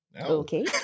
Okay